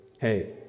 hey